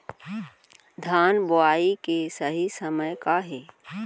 धान बोआई के सही समय का हे?